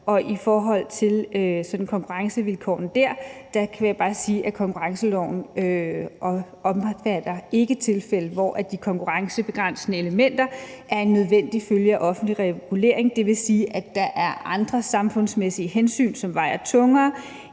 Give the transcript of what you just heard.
i forhold til konkurrencevilkårene dér vil jeg bare sige, at konkurrenceloven ikke omfatter tilfælde, hvor de konkurrencebegrænsende elementer er en nødvendig følge af offentlig regulering, dvs. at der er andre samfundsmæssige hensyn, som vejer tungere,